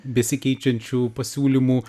besikeičiančių pasiūlymų